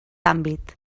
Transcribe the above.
àmbit